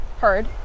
heard